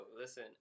listen